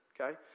okay